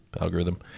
Algorithm